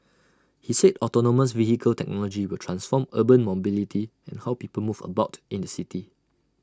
he said autonomous vehicle technology will transform urban mobility and how people move about in the city